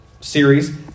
series